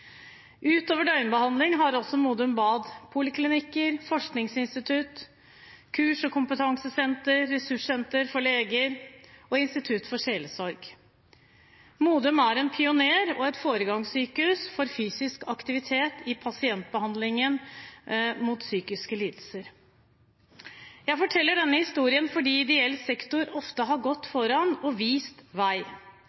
døgnbehandling har også Modum Bad poliklinikker, forskningsinstitutt, kurs- og kompetansesenter, ressurssenter for leger og institutt for sjelesorg. Modum Bad er en pioner og et foregangssykehus for fysisk aktivitet i pasientbehandlingen av psykiske lidelser. Jeg forteller denne historien fordi ideell sektor ofte har gått